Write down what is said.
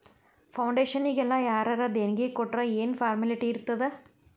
ಫೌಡೇಷನ್ನಿಗೆಲ್ಲಾ ಯಾರರ ದೆಣಿಗಿ ಕೊಟ್ರ್ ಯೆನ್ ಫಾರ್ಮ್ಯಾಲಿಟಿ ಇರ್ತಾದ?